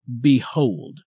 Behold